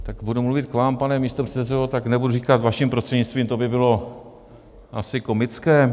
Tak budu mluvit k vám, pane místopředsedo, nebudu říkat vaším prostřednictvím, to by bylo asi komické.